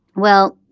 well,